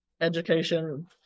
education